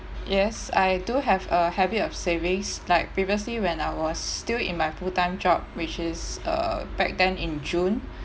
yes I do have a habit of savings like previously when I was still in my full time job which is uh back then in june